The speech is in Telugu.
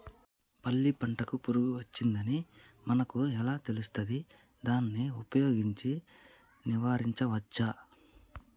పల్లి పంటకు పురుగు వచ్చిందని మనకు ఎలా తెలుస్తది దాన్ని ఉపయోగించి నివారించవచ్చా?